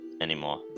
anymore